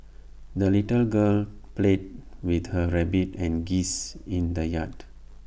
the little girl played with her rabbit and geese in the yard